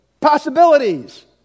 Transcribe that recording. possibilities